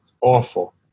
awful